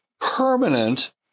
permanent